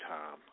Tom